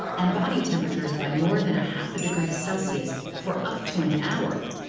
and body temperatures by more than half a degree celsius for up to an hour.